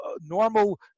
normal